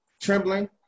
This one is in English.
trembling